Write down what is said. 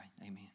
Amen